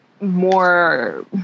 more